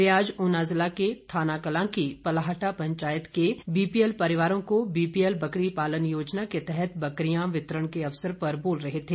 वे आज ऊना जिला के थानाकलां की पलाहटा पंचायत के बीपीएल परिवारों को बीपीएलबकरी पालन योजना के तहत बकरियां वितरण के अवसर पर बोल रहे थे